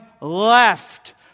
left